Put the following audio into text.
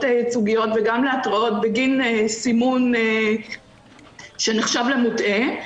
ייצוגיות וגם להתרעות בגין סימון שנחשב למוטעה.